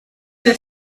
the